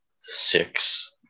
six